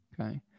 Okay